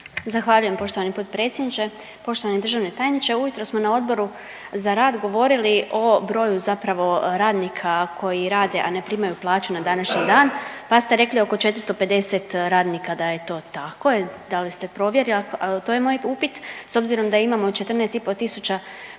Zahvaljujem poštovani potpredsjedniče. Poštovani državni tajniče. Ujutro smo na Odboru za rad govorili o broju zapravo radnika koji rade, a ne primaju plaću na današnji dan pa ste rekli oko 450 radnika da je to tako. Da li ste provjerili, to je moj upit s obzirom da imamo 14,5 tisuća